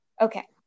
Okay